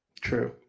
True